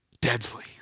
deadly